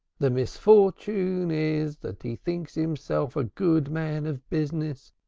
the misfortune is that he thinks himself a good man of business,